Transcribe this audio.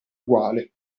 eguale